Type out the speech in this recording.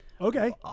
Okay